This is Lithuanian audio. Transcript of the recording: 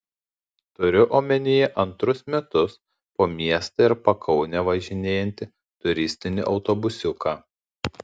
turiu omenyje antrus metus po miestą ir pakaunę važinėjantį turistinį autobusiuką